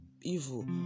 evil